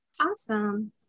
Awesome